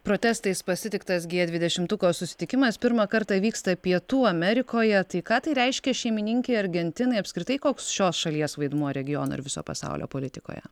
protestais pasitiktas gie dvidešimtuko susitikimas pirmą kartą vyksta pietų amerikoje tai ką tai reiškia šeimininkei argentinai apskritai koks šios šalies vaidmuo regiono ir viso pasaulio politikoje